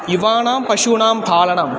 युवानां पशूनां पालनम्